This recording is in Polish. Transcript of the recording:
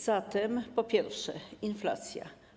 Zatem, po pierwsze, inflacja.